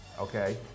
okay